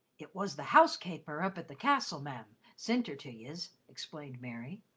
it was the house-kaper up at the castle, ma'am, sint her to yez, explained mary.